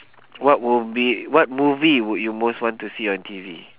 what would be what movie would you most want to see on T_V